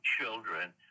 children